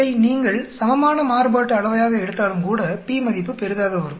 இதை நீங்கள் சமமான மாறுபாட்டு அளவையாக எடுத்தாலும் கூட p மதிப்பு பெரிதாக வரும்